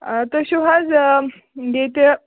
تُہۍ چھِو حظ ییٚتہِ